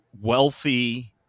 wealthy